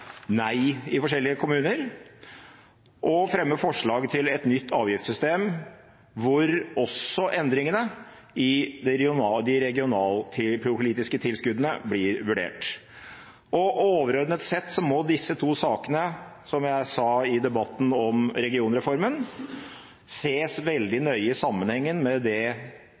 nei i forskjellige kommuner, og fremme forslag til et nytt avgiftssystem hvor også endringene i de regionalpolitiske tilskuddene blir vurdert. Overordnet sett må disse to sakene, som jeg sa i debatten om regionreformen, ses veldig nøye i sammenheng med det